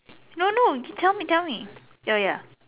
no no tell me yo ya